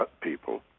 people